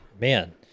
man